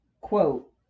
Quote